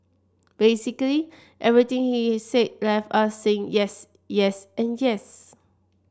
basically everything he said left us saying yes yes and yes